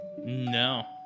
No